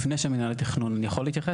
לפני מינהל התכנון, אני יכול להתייחס?